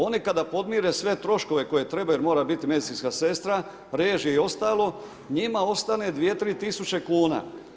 Oni kada podmire sve troškove koje treba jer mora biti medicinska sestra, režije i ostalo, njima ostane 2, 3000 kuna.